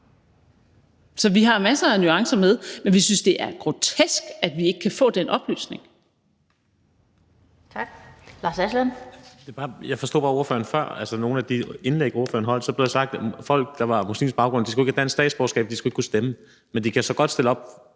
Så vi har masser af nuancer med, men vi synes, det er grotesk, at vi ikke kan få den oplysning.